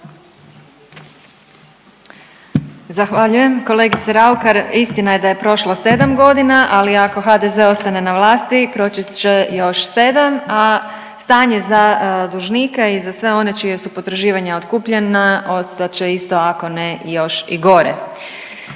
Zahvaljujem. Kolegice Raukar, istina je da je prošlo 7 godina, ali ako HDZ ostane na vlasti, proći će još 7, a stanje za dužnike i za sve one čija su potraživanja otkupljena, ostat će isto, ako ne još i gore.